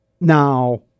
Now